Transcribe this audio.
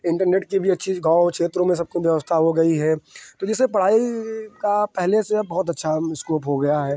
internet की भी अच्छी गाँव क्षेत्रों में सबको व्यवस्था हो गई है तो जिससे पढ़ाई का पहले से अब बहुत अच्छा स्कोप हो गया है